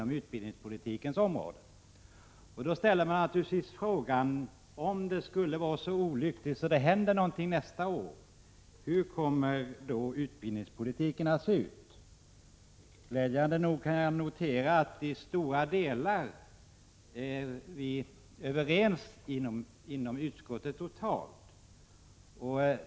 Man ställer sig naturligtvis frågan: Om det skulle vara så olyckligt att det händer någonting nästa år, hur kommer då utbildningspolitiken att se ut? Glädjande nog kan jag notera att vi i stora delar är överens inom utskottet.